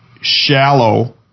shallow